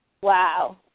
Wow